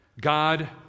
God